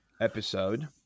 episode